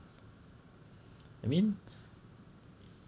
I mean